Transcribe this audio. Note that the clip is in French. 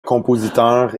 compositeur